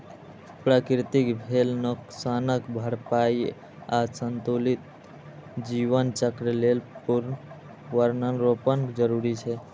प्रकृतिक भेल नोकसानक भरपाइ आ संतुलित जीवन चक्र लेल पुनर्वनरोपण जरूरी छै